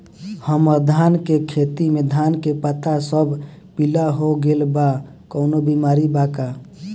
हमर धान के खेती में धान के पता सब पीला हो गेल बा कवनों बिमारी बा का?